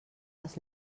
els